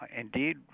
indeed